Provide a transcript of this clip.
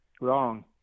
Wrong